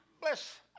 bless